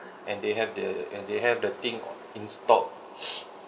and they have the and they have the thing in stock